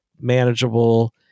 manageable